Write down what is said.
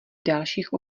dalších